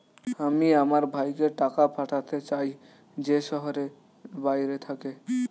আমি আমার ভাইকে টাকা পাঠাতে চাই যে শহরের বাইরে থাকে